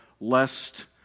lest